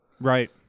Right